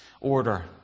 order